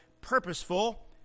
purposeful